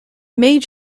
made